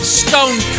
stone